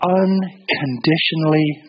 unconditionally